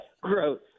gross